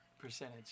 percentage